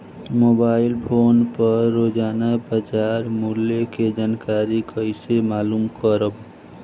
Mobile phone पर रोजाना बाजार मूल्य के जानकारी कइसे मालूम करब?